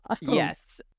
Yes